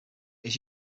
his